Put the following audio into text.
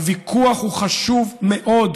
הוויכוח הוא חשוב מאוד.